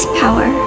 power